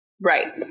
Right